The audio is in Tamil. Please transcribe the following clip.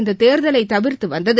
இந்ததேர்தலைதவிர்த்துவந்தது